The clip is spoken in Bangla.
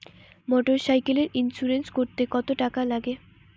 মোটরসাইকেলের ইন্সুরেন্স করতে কত টাকা লাগে?